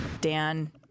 Dan